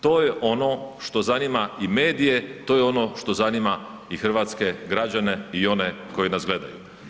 To je ono što zanima i medije, to je ono što zanima i hrvatske građane i one koji nas gledaju.